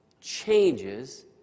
changes